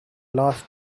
last